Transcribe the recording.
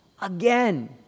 Again